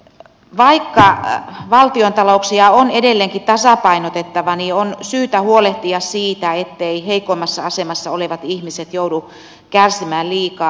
vaikka valtiontalouksia on edelleenkin tasapainotettava on syytä huolehtia siitä etteivät heikoimmassa asemassa olevat ihmiset joudu kärsimään liikaa